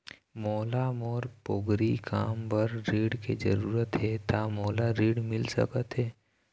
मोला मोर पोगरी काम बर ऋण के जरूरत हे ता मोला ऋण मिल सकत हे?